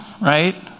right